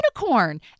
unicorn